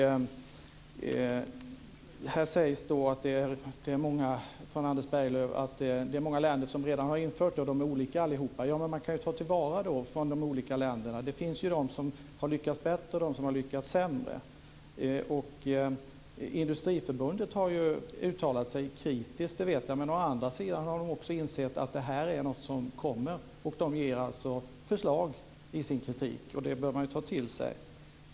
Här säger Anders Berglöv att det är många länder som redan har infört detta, och att de är olika allihop. Men då kan man ju ta till vara erfarenheterna från olika länder. Det finns de som har lyckats bättre och de som har lyckats sämre. Industriförbundet har uttalat sig kritiskt, det vet jag. Men å andra sidan har de också insett att det här är något som kommer, och de ger alltså förslag i sin kritik. Det bör man ta till sig.